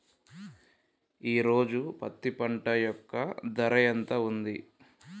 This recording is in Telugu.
ఈ రోజు పత్తి పంట యొక్క ధర ఎంత ఉంది?